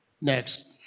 Next